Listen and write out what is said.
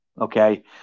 Okay